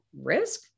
risk